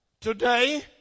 today